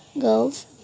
girls